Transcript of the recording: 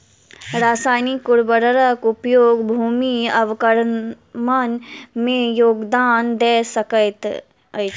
रासायनिक उर्वरक उपयोग भूमि अवक्रमण में योगदान दैत अछि